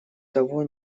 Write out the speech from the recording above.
того